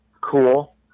cool